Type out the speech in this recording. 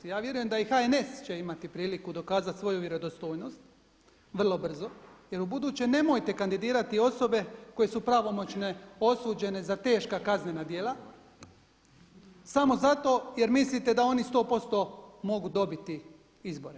Ja vjerujem da i HNS će imati priliku dokazati svoju vjerodostojnost vrlo brzo jer u buduće nemojte kandidirati osobe koje su pravomoćno osuđene za teška kaznena djela samo zato jer mislite da oni 100% mogu dobiti izbore.